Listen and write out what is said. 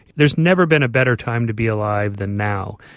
there has never been a better time to be alive then now.